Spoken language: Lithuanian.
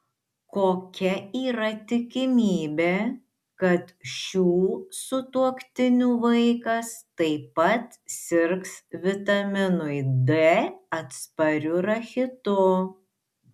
kokia yra tikimybė kad šių sutuoktinių vaikas taip pat sirgs vitaminui d atspariu rachitu